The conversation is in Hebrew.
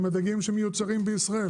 הם הדגים שמיוצרים בישראל